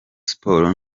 sports